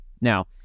Now